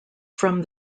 from